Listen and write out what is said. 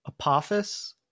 Apophis